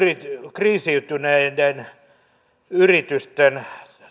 kriisiytyneiden yritysten